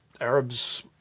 Arabs